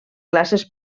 classes